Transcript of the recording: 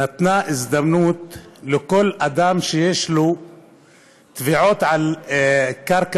נתנה הזדמנות לכל אדם שיש לו תביעות על קרקע